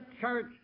church